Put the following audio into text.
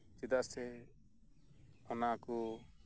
ᱪᱮᱫᱟᱜ ᱥᱮ ᱚᱱᱟᱠᱚ